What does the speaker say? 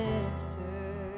answer